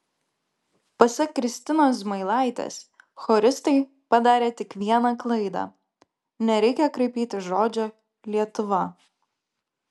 pasak kristinos zmailaitės choristai padarė tik vieną klaidą nereikia kraipyti žodžio lietuva